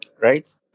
Right